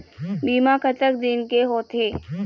बीमा कतक दिन के होते?